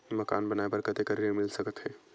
मकान बनाये बर कतेकन ऋण मिल सकथे?